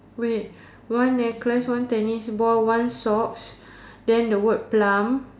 wait one necklace one tennis ball one socks then the word plum